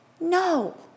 No